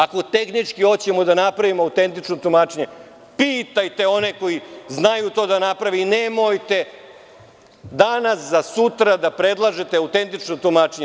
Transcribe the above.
Ako tehnički hoćemo da napravimo autentično tumačenje, pitajte one koji znaju to da naprave i nemojte danas za sutra da predlažete autentično tumačenje.